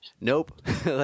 Nope